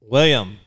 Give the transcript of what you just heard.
William